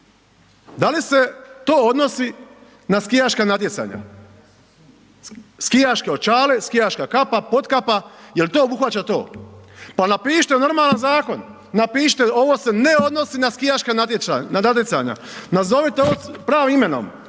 Da li se to odnosi na skijaška natjecanja? Skijaške očale, skijaška kapa, potkapa, jel to obuhvaća to? Pa napišite normalan zakon, napišite ovo se ne odnosi na skijaška natjecanja. Nazovite ovo pravim imenom.